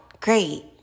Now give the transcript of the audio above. Great